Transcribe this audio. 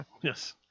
yes